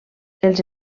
els